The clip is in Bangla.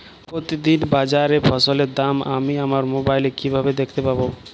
প্রতিদিন বাজারে ফসলের দাম আমি আমার মোবাইলে কিভাবে দেখতে পাব?